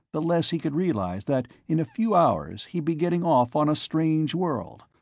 the less he could realize that in a few hours he'd be getting off on a strange world,